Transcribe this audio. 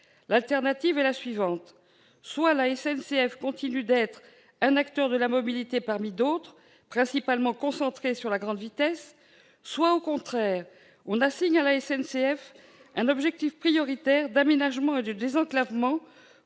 L'alternative est la suivante : soit la SNCF continue d'être un acteur de la mobilité parmi d'autres, principalement concentré sur la grande vitesse ; soit, au contraire, on lui assigne un objectif prioritaire d'aménagement et de désenclavement